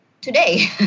Today